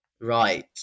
Right